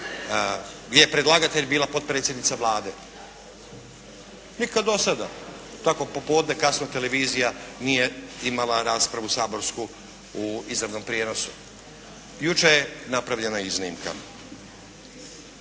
gdje je predlagatelj bila potpredsjednica Vlade. Nikad do sada tako popodne kasno televizija nije imala raspravu saborsku u izravnom prijenosu. Jučer je napravljena iznimka.